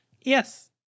yes